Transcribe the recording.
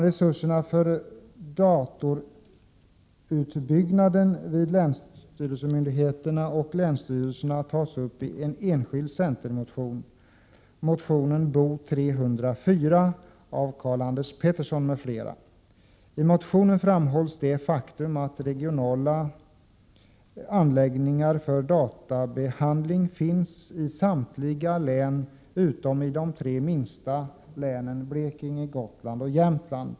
Resurserna för datorutbyggnaden vid länsskattemyndigheterna och länsstyrelserna tas upp i en enskild centermotion, motion Bo304 av Karl-Anders Petersson m.fl. I motionen framhålls det faktum att regionala anläggningar för databehandling finns i samtliga län utom i de tre minsta, Blekinge, Gotlands och Jämtlands län.